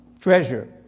treasure